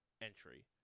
entry